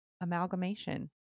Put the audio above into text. amalgamation